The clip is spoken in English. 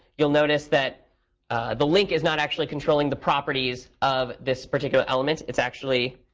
you'll notice that the link is not actually controlling the properties of this particular element. it's actually,